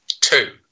Two